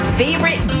favorite